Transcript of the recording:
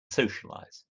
socialize